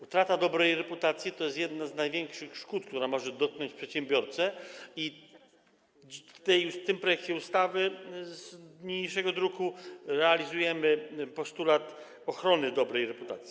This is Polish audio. Utrata dobrej reputacji to jest jedna z największych szkód, strat, jakie mogą dotknąć przedsiębiorcę, i w tym projekcie ustawy z niniejszego druku realizujemy postulat ochrony dobrej reputacji.